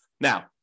Now